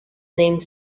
name